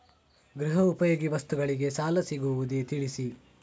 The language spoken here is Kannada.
ಗೃಹ ಉಪಯೋಗಿ ವಸ್ತುಗಳಿಗೆ ಸಾಲ ಸಿಗುವುದೇ ತಿಳಿಸಿ?